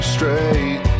Straight